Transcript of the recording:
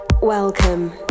Welcome